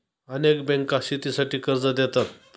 अनेक बँका शेतीसाठी कर्ज देतात